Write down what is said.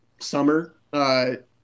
summer